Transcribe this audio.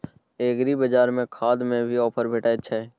एग्रीबाजार में खाद में भी ऑफर भेटय छैय?